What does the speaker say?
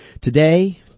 Today